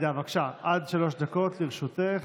גברתי, עד שלוש דקות לרשותך.